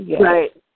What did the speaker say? Right